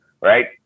Right